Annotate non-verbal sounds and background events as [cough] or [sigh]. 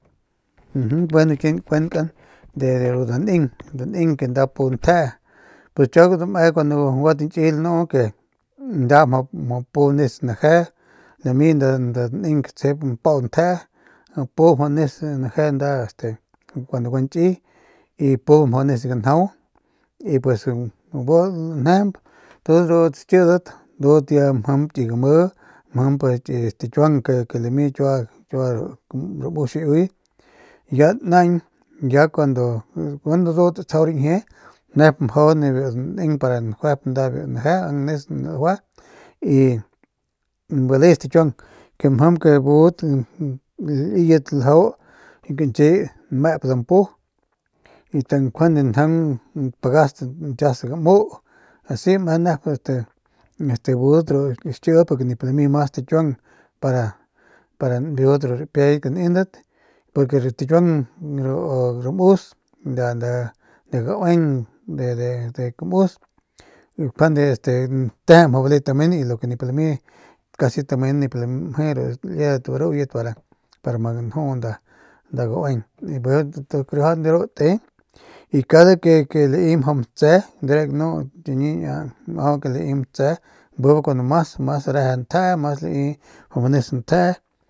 [hesitation] gua kakunkan de ru daneng daneng que nda pu ntjee pues kiaguan dame kuando gua tañkiy lanu que nda mjau pu mjau manes biu naje lami nda ntjee ke tsjip nda mpau ntjee pu mjau nis naje nda este cuando gua nkiy y pu majau nis ganjau y pue bu lanjegemp ndu aruudat xikiadat mjimp nda ki game mjimp ki estekiuan que lami lami kiua kiua ru ramus xiiuy ya naañ ya cuando gueno ndudat tsau rañjie nep majau de biu daneng para njuay de biu daneng biu lajue mjau nis lajue y bale stakiuangmjam'p que budat liyet ljau biu ganchiy de biu nmep dampu y njuande njaung pagas nkias gamu asi meje nep este budat ru xkidat porque nip lami mas stakiuang y ru ramus nda nda gaueng de kumu nkjuande teje mjau bale tamen y lo que nip lame casi tamen nip mje rudat liedat baruyat para ma ganju nda nda gaueng y bijiy diriuaja de ru te y cada que ke laui matse de re ganu niña nmau que laui matse bijiy bu mas mas reje ntje bijiy lai mjau manis njee.